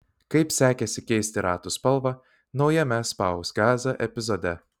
kaip sekėsi keisti ratų spalvą naujame spausk gazą epizode